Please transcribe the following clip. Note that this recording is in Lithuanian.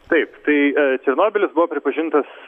taip tai černobylis buvo pripažintas